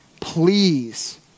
please